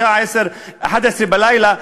בשעה 23:00,